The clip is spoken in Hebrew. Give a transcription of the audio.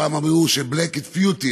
פעם אמרו ש-Black is beautiful,